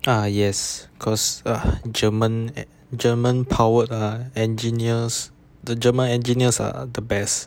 uh yes cause ah german an~ german powered ah engineers the german engineers are the best